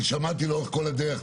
ישתבח לאורך כל הדרך,